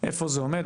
איפה זה עומד,